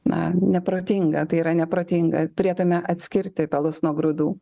na neprotinga tai yra neprotinga turėtume atskirti pelus nuo grūdų